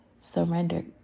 surrender